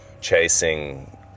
Chasing